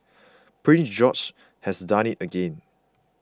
Prince George has done it again